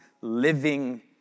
living